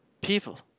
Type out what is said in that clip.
People